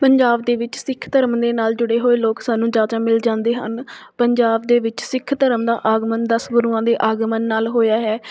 ਪੰਜਾਬ ਦੇ ਵਿੱਚ ਸਿੱਖ ਧਰਮ ਦੇ ਨਾਲ ਜੁੜੇ ਹੋਏ ਲੋਕ ਸਾਨੂੰ ਜ਼ਿਆਦਾ ਮਿਲ ਜਾਂਦੇ ਹਨ ਪੰਜਾਬ ਦੇ ਵਿੱਚ ਸਿੱਖ ਧਰਮ ਦਾ ਆਗਮਨ ਦਸ ਗੁਰੂਆਂ ਦੇ ਆਗਮਨ ਨਾਲ ਹੋਇਆ ਹੈ